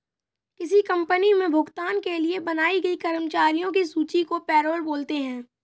किसी कंपनी मे भुगतान के लिए बनाई गई कर्मचारियों की सूची को पैरोल बोलते हैं